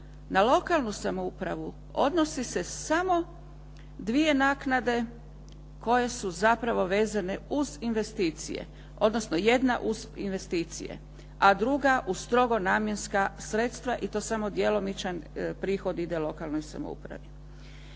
Na lokalnu samoupravu odnosi se samo dvije naknade koje su zapravo vezane uz investicije, odnosno jedna uz investicije, a druga uz strogo namjenska sredstva i to samo djelomičan prihod ide lokalnoj samoupravi.